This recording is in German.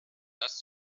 das